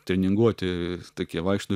treninguoti tokie vaikšto